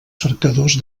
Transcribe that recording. cercadors